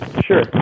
Sure